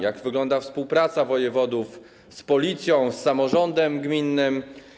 Jak wygląda współpraca wojewodów z Policją, z samorządem gminnym?